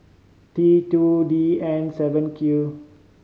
T two D N seven Q